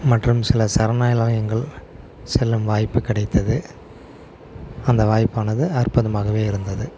மற்றும் சில சரணாலயங்கள் செல்லும் வாய்ப்பு கிடைத்தது அந்த வாய்ப்பானது அற்புதமாகவே இருந்தது